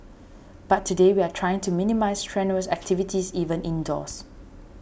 but today we are trying to minimise strenuous activities even indoors